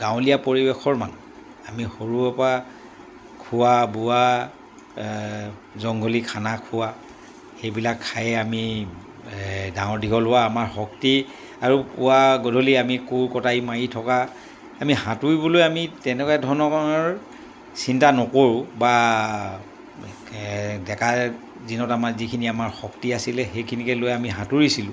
গাঁৱলীয়া পৰিৱেশৰ মানুহ আমি সৰুৰে পৰা খোৱা বোৱা জংঘলী খানা খোৱা সেইবিলাক খায়ে আমি ডাঙৰ দীঘল হোৱা আমাৰ শক্তি আৰু পুৱা গধূলি আমি কোৰ কটাৰী মাৰি থকা আমি সাঁতুৰিবলৈ আমি তেনেকুৱা ধৰণৰ চিন্তা নকৰোঁ বা ডেকা দিনত আমাৰ যিখিনি আমাৰ শক্তি আছিলে সেইখিনিকে লৈ আমি সাঁতুৰিছিলোঁ